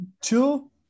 two